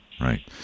right